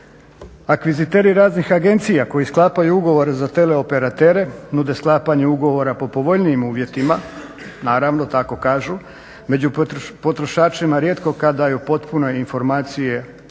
Akviziteri raznih agencija koji sklapaju ugovore za teleoperatere nude sklapanje ugovora po povoljnijim uvjetima, naravno tako kažu. Među potrošačima rijetko kad daju potpune informacije o